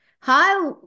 Hi